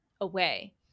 away